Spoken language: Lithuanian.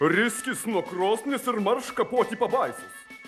riskis nuo krosnies ir marš kapoti pabaisos